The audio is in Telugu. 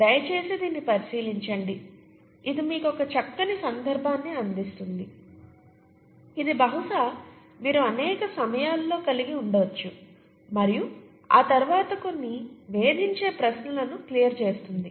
దయచేసి దీన్ని పరిశీలించండి ఇది మీకు చక్కని సందర్భాన్ని అందిస్తుంది ఇది బహుశా మీరు అనేక సమయాల్లో కలిగి ఉండవచ్చు మరియు ఆ తర్వాత కొన్ని వేధించే ప్రశ్నలను క్లియర్ చేస్తుంది